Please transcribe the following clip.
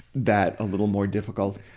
that a little more difficult.